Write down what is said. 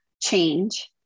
change